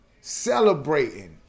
celebrating